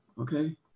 Okay